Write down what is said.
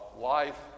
life